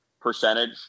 percentage